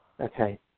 Okay